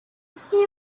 see